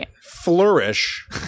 flourish